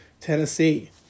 Tennessee